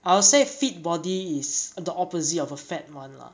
I would say fit body is the opposite of a fat [one] lah